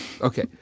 Okay